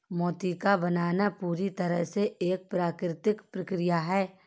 मोती का बनना पूरी तरह से एक प्राकृतिक प्रकिया है